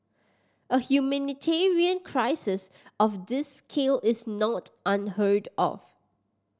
a humanitarian crisis of this scale is not unheard of